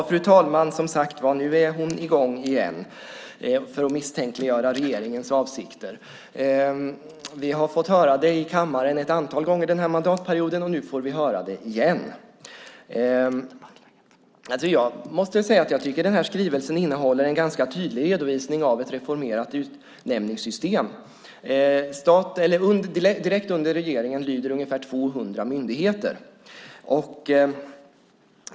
Fru talman! Som sagt var: Nu är hon i gång igen för att misstänkliggöra regeringens avsikter. Vi har fått höra det i kammaren ett antal gånger den här mandatperioden, och nu får vi höra det igen. Jag tycker att den här skrivelsen innehåller en ganska tydlig redovisning av ett reformerat utnämningssystem. Direkt under regeringen lyder ungefär 200 myndigheter.